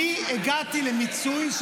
אני הגעתי למיצוי,